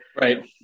Right